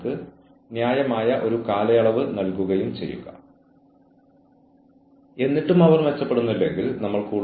അവർ എന്താണ് ചെയ്യേണ്ടതെന്ന് അവർ അറിയേണ്ടതുണ്ട്